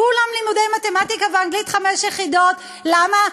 כולם לימודי מתמטיקה ואנגלית חמש יחידות, למה?